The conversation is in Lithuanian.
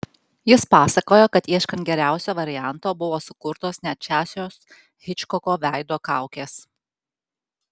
jis pasakojo kad ieškant geriausio varianto buvo sukurtos net šešios hičkoko veido kaukės